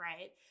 right